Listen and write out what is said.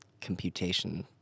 computation